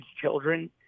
children